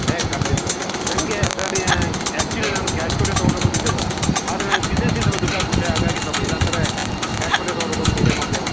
ಏ ಕಟ್ತೀವಿ ಸರ್ ನನಗೆ ಸರ್ ಆ್ಯಕ್ಚುವಲಿ ನಾನು ಕ್ಯಾಶ್ ಕೊಟ್ಟೇ ತೊಗೊಬೇಕು ಅಂತಿದ್ದೆ ಸರ್ ಆದರೆ ನಾನು ಬಿಸ್ನೆಸ್ಸಿಗೆ ಸ್ವಲ್ಪ ದುಡ್ಡು ಹಾಕ್ಬುಟ್ಟೆ ಹಾಗಾಗಿ ಸ್ವಲ್ಪ ಇಲ್ಲ ಅಂದರೆ ಕ್ಯಾಶ್ ಕೊಟ್ಟೇ ತೊಗೊಬೇಕು ಅಂತ ಐಡಿಯಾ ಮಾಡ್ತಿದ್ದೆ